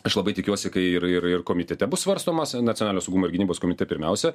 aš labai tikiuosi kai ir ir ir komitete bus svarstomas nacionalinio saugumo ir gynybos komitete pirmiausia